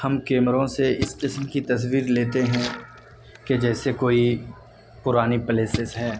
ہم کیمروں سے اس قسم کی تصویر لیتے ہیں کہ جیسے کوئی پرانی پلیسیس ہیں